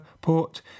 port